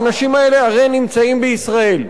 האנשים האלה הרי נמצאים בישראל,